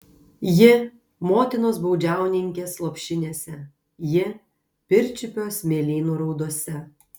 ji motinos baudžiauninkės lopšinėse ji pirčiupio smėlynų raudose